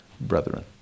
brethren